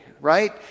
right